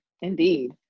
indeed